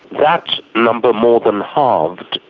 that number more than halved.